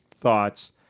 thoughts